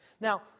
Now